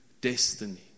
destiny